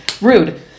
Rude